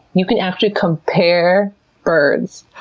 you can actually compare birds,